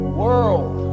world